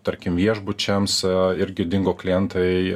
tarkim viešbučiams irgi dingo klientai